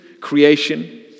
creation